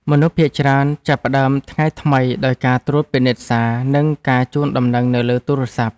មនុស្សភាគច្រើនចាប់ផ្តើមថ្ងៃថ្មីដោយការត្រួតពិនិត្យសារ និងការជូនដំណឹងនៅលើទូរស័ព្ទ។